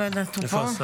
הוא פה?